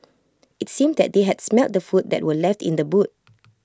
IT seemed that they had smelt the food that were left in the boot